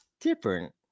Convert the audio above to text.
different